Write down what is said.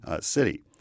city